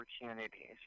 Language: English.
opportunities